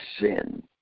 sin